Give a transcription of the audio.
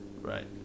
right